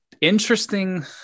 interesting